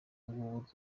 ng’ubu